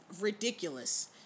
ridiculous